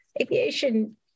aviation